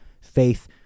Faith